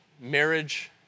marriage